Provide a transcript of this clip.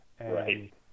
right